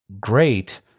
great